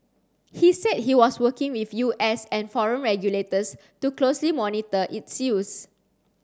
he said he was working with U S and foreign regulators to closely monitor its use